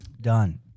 done